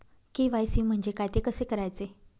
KYC म्हणजे काय? ते कसे करायचे?